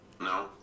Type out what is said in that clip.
No